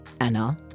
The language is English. Anna